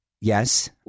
Yes